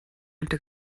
unter